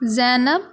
Zainab